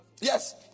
Yes